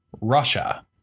Russia